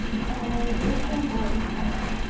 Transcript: so we can go inside,